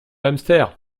hamster